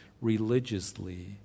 religiously